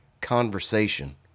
conversation